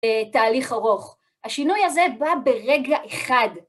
תהליך ארוך. השינוי הזה בא ברגע אחד.